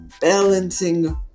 Balancing